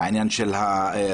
העניין של הרכב,